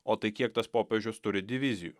o tai kiek tas popiežius turi divizijų